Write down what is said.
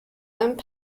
and